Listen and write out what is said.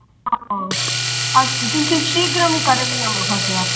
अस्तु किञ्चित् शीघ्रं करणीयं महोदय